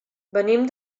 venim